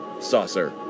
Saucer